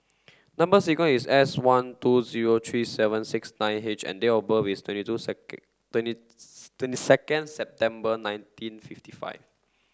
number sequence is S one two zero three seven six nine H and date of birth is twenty two second twenty twenty second September nineteen fifty five